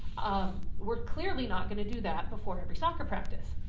um we're clearly not gonna do that before every soccer practice,